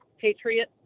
patriot